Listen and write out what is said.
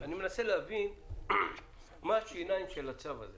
אני מנסה להבין מה השיניים של הצו הזה